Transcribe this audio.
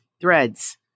threads